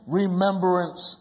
remembrance